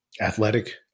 athletic